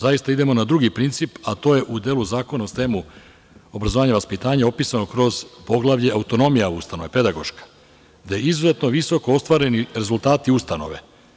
Zaista idemo na drugi princip, a to je u delu Zakona o STEM-u obrazovanja i vaspitanja opisano kroz poglavlje - autonomija ustanove, pedagoška, gde su izuzetno visoko ostvareni rezultati ustanove.